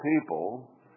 people